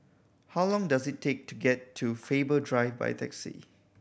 how long does it take to get to Faber Drive by taxi